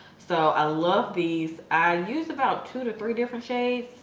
so i love these i use about two to three different shades.